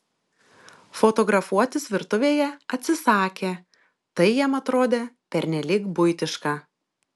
fotografuotis virtuvėje atsisakė tai jam atrodė pernelyg buitiška